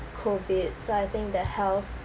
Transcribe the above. COVID so I think the health